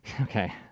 okay